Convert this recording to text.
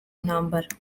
ntambara